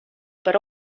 per